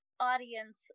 audience